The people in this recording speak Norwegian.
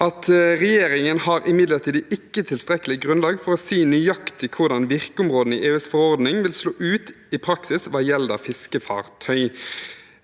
at regjeringen imidlertid ikke har tilstrekkelig grunnlag for å si nøyaktig hvordan virkeområdet i EUs forordning vil slå ut i praksis hva gjelder fiskefartøy.